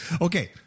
Okay